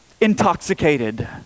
intoxicated